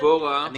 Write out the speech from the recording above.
דבורה,